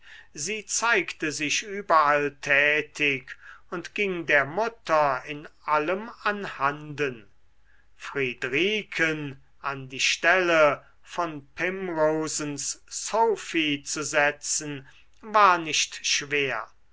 sie zeigte sich überall tätig und ging der mutter in allem an handen friedriken an die stelle von primrosens sophie zu setzen war nicht schwer